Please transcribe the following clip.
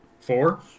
four